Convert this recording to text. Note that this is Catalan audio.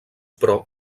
però